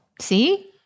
See